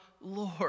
Lord